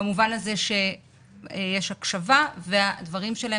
במובן הזה שיש הקשבה והדברים שלהם,